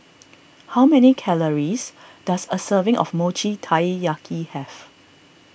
how many calories does a serving of Mochi Taiyaki have